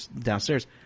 downstairs